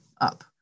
up